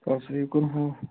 تَلہٕ سا یہِ کُن ہاو